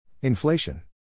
Inflation